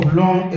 long